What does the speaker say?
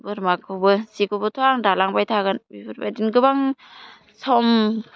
बोरमाखौबो जिखौबोथ' आं दालांबाय थागोन बेफोरबायदिनो गोबां सम